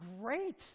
great